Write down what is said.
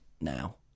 now